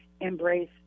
embrace